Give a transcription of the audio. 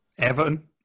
Everton